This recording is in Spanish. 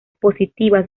positivas